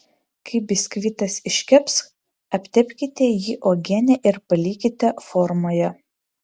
kai biskvitas iškeps aptepkite jį uogiene ir palikite formoje